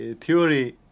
theory